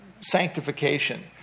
sanctification